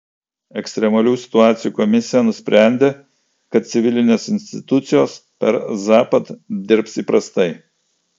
ekstremalių situacijų komisija nusprendė kad civilinės institucijos per zapad dirbs įprastai